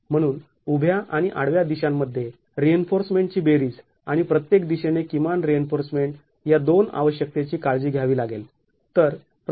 म्हणून उभ्या आणि आडव्या दिशांमध्ये रिइन्फोर्समेंट ची बेरीज आणि प्रत्येक दिशेने किमान रिइन्फोर्समेंट या दोन आवश्यकतेची काळजी घ्यावी लागेल